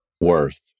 worth